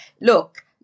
look